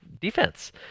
defense